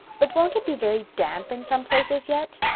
but won't it be very damp in some places yet?